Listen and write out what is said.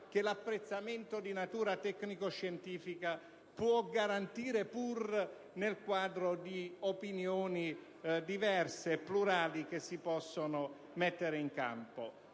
che l'apprezzamento di natura tecnico-scientifica può garantire, pur nel quadro di opinioni diverse e plurali che si possono mettere in campo.